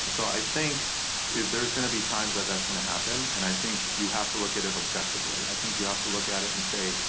so i think there's gonna be times that that's gonna happen. and i think you have to look at it objectively. i think you have to look at it and say,